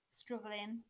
struggling